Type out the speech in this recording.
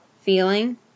Feeling